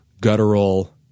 guttural –